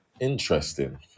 interesting